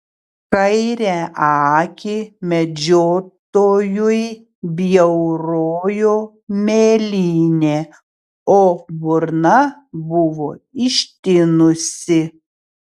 kairę akį medžiotojui bjaurojo mėlynė o burna buvo ištinusi